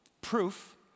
Proof